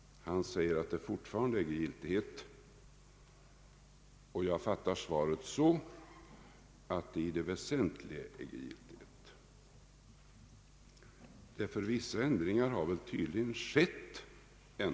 Han säger att de fortfarande äger giltighet, och jag fattar svaret så att de i det väsentliga äger giltighet. Ändringar har tydligen ändå skett.